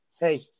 Hey